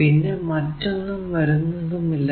പിന്നെ മറ്റൊന്നും വരുന്നുമില്ല